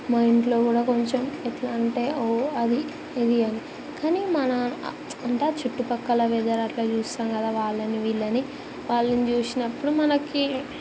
మా ఇంట్లో కూడా కొంచెం ఎట్లా అంటే ఓ అది ఇది అని కాని మనా అంటే చుట్టుపక్కల వెదర్ అట్లా చూస్తాం కదా వాళ్ళని వీళ్ళని వాళ్ళని చూసినప్పుడు మనకి